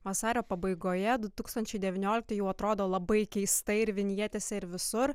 vasario pabaigoje du tūkstančiai devynioliktieji jau atrodo labai keistai ir vinjetėse ir visur